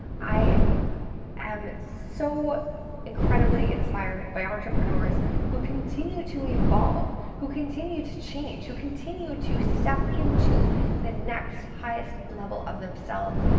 i am so incredibly inspired by entrepreneurs who continue to evolve. who continue to change, who continue to step into the next highest level of themselves,